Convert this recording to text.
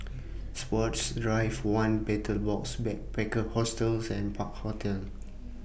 Sports Drive one Betel Box Backpackers Hostel and Park Hotel